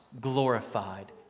glorified